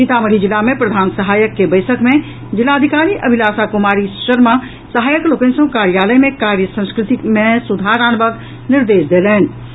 सीतामढ़ी जिला मे प्रधान सहायक के बैसक मे जिलाधिकारी अभिलाषा कुमारी शर्मा सहायक लोकनि सँ कार्यालय मे कार्य संस्कृति मे सुधार आनबाक निर्देश देलनि अछि